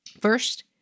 First